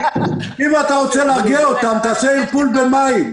אם אתה רוצה להרגיע אותם תעשה ערפול במים,